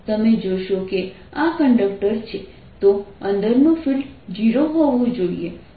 હવે તમે જોશો જો આ કંડક્ટર છે તો અંદરનું ફિલ્ડ 0 હોવું જોઈએ